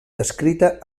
descrita